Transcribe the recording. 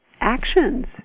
actions